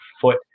foot